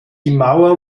mauer